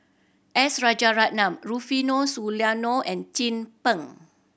S Rajaratnam Rufino Soliano and Chin Peng